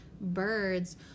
birds